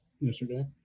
Yesterday